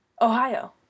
Ohio